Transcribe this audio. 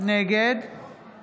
נגד